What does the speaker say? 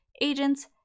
agents